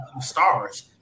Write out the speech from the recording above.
stars